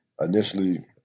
Initially